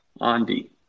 Andy